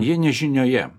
jie nežinioje